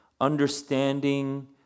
understanding